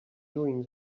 doing